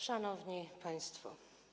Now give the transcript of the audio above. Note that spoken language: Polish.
Szanowni Państwo!